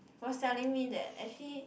was telling me that actually